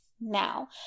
Now